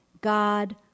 God